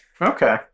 okay